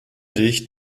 dich